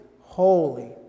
holy